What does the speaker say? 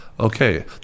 Okay